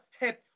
head